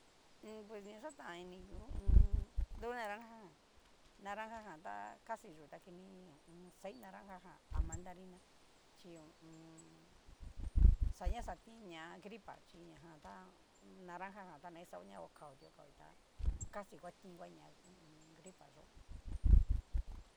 pues na xatan ini ngu ho o on. du naranja jan, naranja jan ta casi yu ta kini ho o on. xai naranja jan ha mandarina chi ho o on. xa ña xatinña gripa chí ñajan tá naranja ta na ixao ña ho kauti ho kauti tá casi ngua tinvaña ho o on. gripa yó.